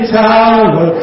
tower